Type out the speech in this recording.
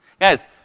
Guys